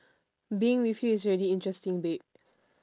being with you is already interesting babe